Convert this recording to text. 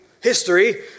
History